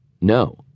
no